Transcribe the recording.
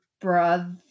brother